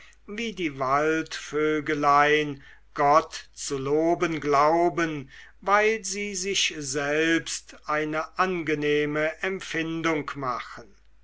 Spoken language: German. wie die waldvögelein gott zu loben glauben weil sie sich selbst eine angenehme empfindung machen